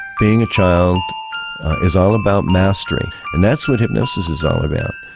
being a child is all about mastery and that's what hypnosis is all about,